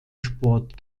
sport